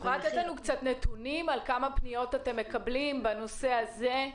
יכולה לתת לנו נתונים על כמה פניות אתם מקבלים בנושא הזה?